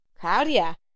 Claudia